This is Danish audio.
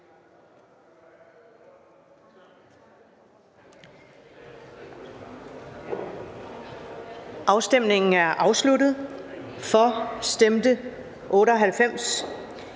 Afstemningen afsluttes. For stemte 98